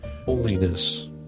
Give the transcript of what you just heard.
holiness